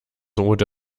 rote